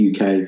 UK